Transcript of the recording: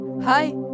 hi